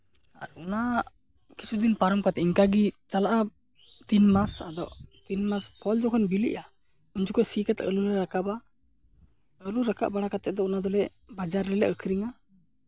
ᱟᱨ ᱚᱱᱟ ᱠᱤᱪᱷᱩ ᱫᱤᱱ ᱯᱟᱨᱚᱢ ᱠᱟᱛᱮᱫ ᱤᱱᱠᱟᱹ ᱜᱮ ᱪᱟᱞᱟᱜᱼᱟ ᱛᱤᱱ ᱢᱟᱥ ᱟᱫᱚ ᱛᱤᱱ ᱢᱟᱥ ᱯᱚᱨ ᱡᱚᱠᱷᱚᱱ ᱵᱤᱞᱤᱜᱼᱟ ᱩᱱ ᱡᱚᱠᱷᱚᱱ ᱥᱤ ᱠᱟᱛᱮᱫ ᱟᱹᱞᱩ ᱞᱮ ᱨᱟᱠᱟᱵᱟ ᱟᱹᱞᱩ ᱨᱟᱠᱟᱵ ᱵᱟᱲᱟ ᱠᱟᱛᱮᱫ ᱚᱱᱟ ᱫᱚᱞᱮ ᱵᱟᱡᱟᱨ ᱨᱮᱞᱮ ᱟᱹᱠᱷᱨᱤᱧᱟ